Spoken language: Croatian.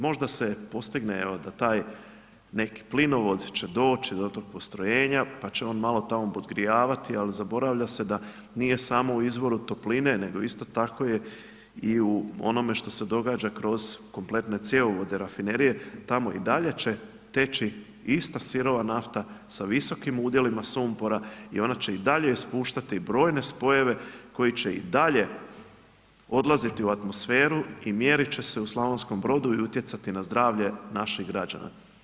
Možda se postigne, da taj neki plinovod će doći do tog postrojenja, pa će on malo tamo podgrijavati, ali zaboravlja se da nije samo u izvoru topline, nego isto tako je i u onome što se događa kroz kompletne cjevovode rafinerije, tamo i dalje će teći ista sirova nafta, sa visokim udjelima sumpora i ona će i dalje ispuštati brojne spojeve, koji će i dalje, odlaziti u atmosferu i mjeriti će se u Slavonskom Brodu i utjecati na zdravlje naših građana.